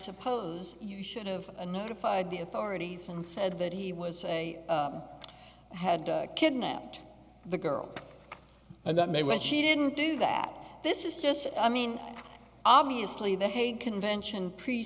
suppose you should have a notified the authorities and said that he was a had kidnapped the girl and that may when she didn't do that this is just i mean obviously the hague convention pre